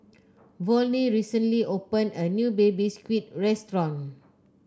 Volney recently opened a new Baby Squid restaurant